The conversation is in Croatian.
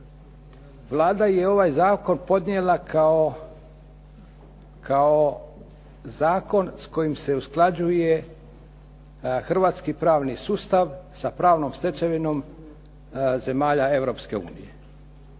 Vlada je ovaj zakon podnijela kao zakon s kojim se usklađuje hrvatski pravni sustav sa pravnom stečevinom zemalja